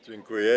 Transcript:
Dziękuję.